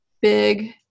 big